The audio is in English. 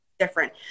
different